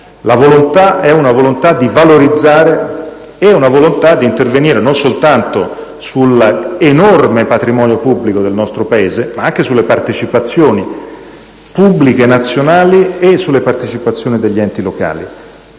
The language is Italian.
La volontà è di valorizzare e di intervenire non soltanto sull'enorme patrimonio pubblico del nostro Paese, ma anche sulle partecipazioni pubbliche nazionali e sulle partecipazioni degli enti locali,